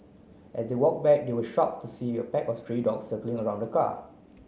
as they walk back they were shock to see a pack of stray dogs circling around the car